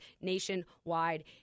nationwide